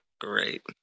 great